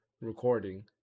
recording